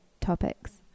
topics